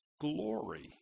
glory